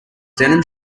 denim